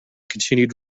continued